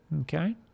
okay